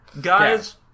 guys